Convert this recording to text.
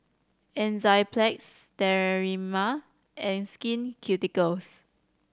Enzyplex Sterimar and Skin Ceuticals